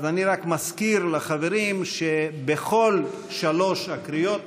אז אני רק מזכיר לחברים שמדובר בחוק-יסוד,